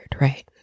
right